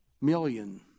million